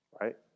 right